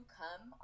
come